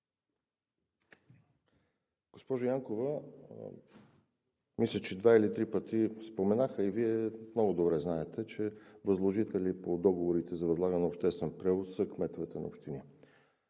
Госпожо Янкова, мисля, че два или три пъти споменах, а и Вие много добре знаете, че възложители по договорите за възлагане на обществен превоз са кметовете на общини.